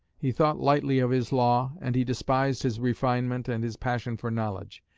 he thought lightly of his law, and he despised his refinement and his passion for knowledge.